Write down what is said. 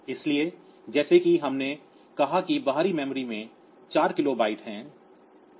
इसलिए जैसा कि हमने कहा कि बाहरी मेमोरी में 4 किलोबाइट है